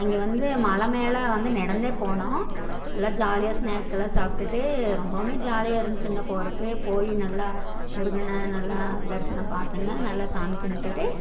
அங்கே வந்து மலை மேலே வந்து நடந்தே போனோம் நல்லா ஜாலியாக ஸ்நாக்ஸ்ஸுல்லாம் சாப்பிட்டுட்டு ரொம்பவும் ஜாலியாக இருந்துச்சுங்க போறதுக்கு போய் நல்லா முருகனை நல்லா தரிசனம் பார்த்துங்க நல்லா சாமி கும்பிட்டுட்டு